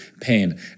pain